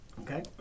Okay